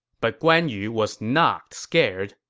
but guan yu was not scared.